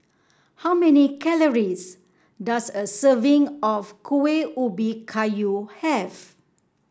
how many calories does a serving of Kuih Ubi Kayu have